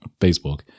Facebook